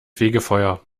fegefeuer